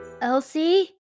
Elsie